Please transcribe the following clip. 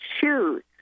choose